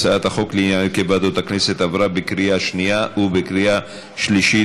הצעת החוק לעניין הרכב ועדות הכנסת עברה בקריאה שנייה ובקריאה שלישית.